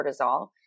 cortisol